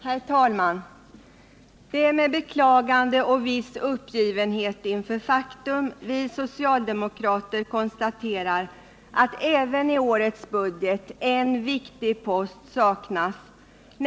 I fråga om detta betänkande hålles gemensam överläggning för samtliga punkter. Under den gemensamma överläggningen får yrkanden framställas beträffande samtliga punkter i betänkandet. I det följande redovisas endast de punkter, vid vilka under överläggningen framställts särskilda yrkanden. i övrigt godkänna de riktlinjer för utbildning och forskning som angivits i detta avsnitt i propositionen.